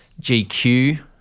GQ